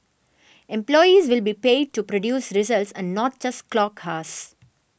employees will be paid to produce results and not just clock hours